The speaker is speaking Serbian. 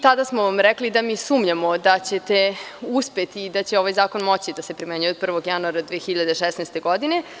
Tada smo vam rekli da mi sumnjamo da ćete uspeti i da će ovaj zakon moći da se primenjuje od 1. januara 2016. godine.